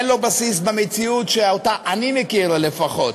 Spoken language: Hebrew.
אין להם בסיס במציאות שאני מכיר, לפחות.